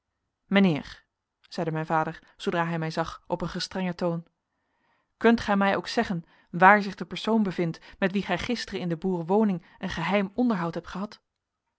mijnheer zeide mijn vader zoodra hij mij zag op een gestrengen toon kunt gij mij ook zeggen waar zich de persoon bevindt met wien gij gisteren in de boerenwoning een geheim onderhoud hebt gehad